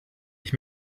ich